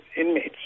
inmates